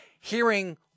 hearing